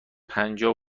پجاه